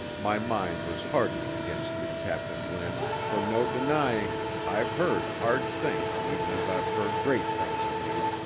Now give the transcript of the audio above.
my mind was hardening against you, captain glynn, for no denying i've heard hard things even as i've heard great things of you.